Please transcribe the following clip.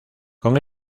con